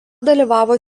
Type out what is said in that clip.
dalyvavo